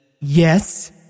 Yes